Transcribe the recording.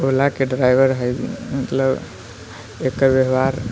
ओलाके driver हइ मतलब एकर व्यवहार